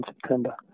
September